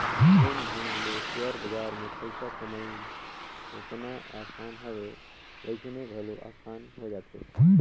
जेन ढंग ले सेयर बजार में पइसा कमई ओतना असान हवे वइसने घलो असान होए जाथे